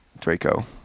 Draco